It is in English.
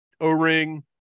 O-Ring